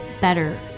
better